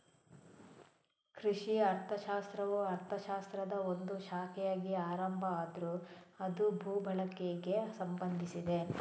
ಕೃಷಿ ಅರ್ಥಶಾಸ್ತ್ರವು ಅರ್ಥಶಾಸ್ತ್ರದ ಒಂದು ಶಾಖೆಯಾಗಿ ಆರಂಭ ಆದ್ರೂ ಅದು ಭೂ ಬಳಕೆಗೆ ಸಂಬಂಧಿಸಿದೆ